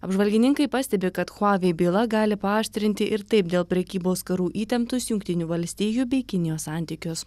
apžvalgininkai pastebi kad huawei byla gali paaštrinti ir taip dėl prekybos karų įtemptus jungtinių valstijų bei kinijos santykius